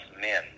men